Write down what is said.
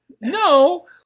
No